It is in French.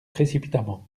précipitamment